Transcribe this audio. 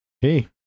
hey